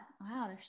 wow